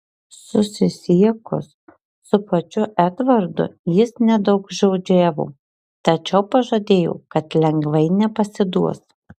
susisiekus su pačiu edvardu jis nedaugžodžiavo tačiau pažadėjo kad lengvai nepasiduos